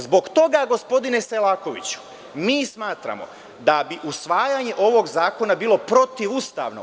Zbog toga, gospodine Selakoviću, mi smatramo da bi usvajanje ovog zakona bilo protivustavno.